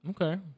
okay